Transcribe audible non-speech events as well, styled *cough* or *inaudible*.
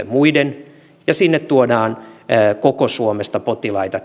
*unintelligible* muiden ja sinne tuodaan koko suomesta potilaita *unintelligible*